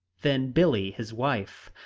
then billie, his wife,